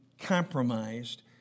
compromised